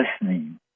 listening